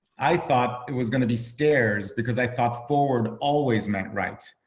i thought it was going to be stairs because i thought forward always meant right.